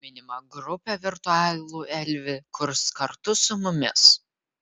minima grupė virtualų elvį kurs kartu su mumis